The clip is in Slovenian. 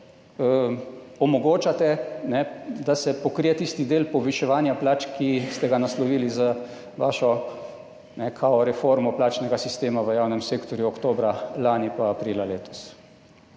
evrov, omogočate, da se pokrije tisti del poviševanja plač, ki ste ga naslovili z vašo kao reformo plačnega sistema v javnem sektorju oktobra lani in aprila letos,